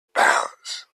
balance